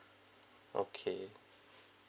okay